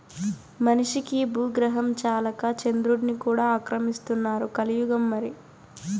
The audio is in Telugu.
మనిషికి బూగ్రహం చాలక చంద్రుడ్ని కూడా ఆక్రమిస్తున్నారు కలియుగం మరి